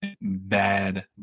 bad